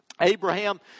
Abraham